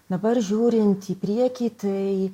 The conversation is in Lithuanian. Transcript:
dabar žiūrint į priekį tai